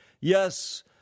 Yes